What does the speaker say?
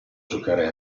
giocare